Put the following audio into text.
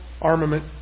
armament